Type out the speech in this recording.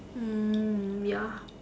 mm ya